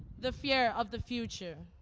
the fear of the future.